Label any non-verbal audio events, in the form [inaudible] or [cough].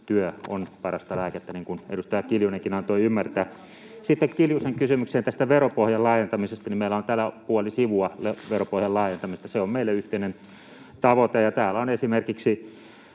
Työ on parasta lääkettä, niin kuin edustaja Kiljunenkin antoi ymmärtää. [noise] Sitten Kiljusen kysymykseen tästä veropohjan laajentamisesta: Meillä on täällä puoli sivua veropohjan laajentamisesta. Se on meille yhteinen tavoite, ja täällä on esimerkiksi